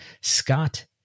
Scott